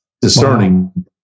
discerning